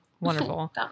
Wonderful